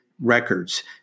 records